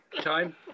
Time